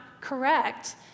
correct